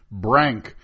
Brank